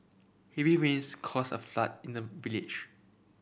heavy rains caused a flood in the village